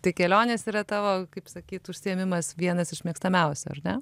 tai kelionės yra tavo kaip sakyt užsiėmimas vienas iš mėgstamiausių ar ne